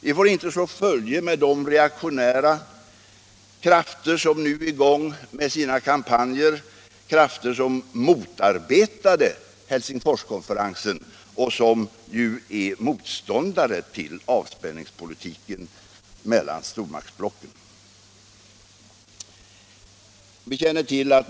Vi får inte slå följe med de reaktionära krafter som nu är i gång med sina kampanjer, krafter som motarbetade Helsingforskonferensen och som är motståndare till avspänningspolitiken mellan stormaktsblocken.